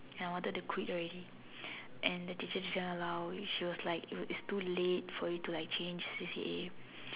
and I wanted to quit already and the teacher didn't allow it she was like it's too late for you to like change C_C_A